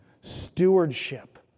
stewardship